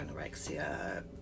anorexia